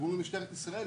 קוראים למשטרת ישראל,